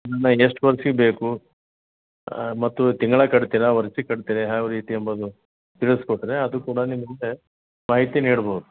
ಎಷ್ಟು ಬೇಕು ಮತ್ತು ತಿಂಗ್ಳಾ ಕಟ್ತೀರಾ ವರ್ಷಕ್ಕೆ ಕಟ್ತೀರಾ ಯಾವ್ಯಾವ ರೀತಿ ಎಂಬುದು ತಿಳಿಸ್ಕೊಟ್ರೆ ಅದು ಕೂಡ ನಿಮಗೆ ಮಾಹಿತಿ ನೀಡ್ಬೌದು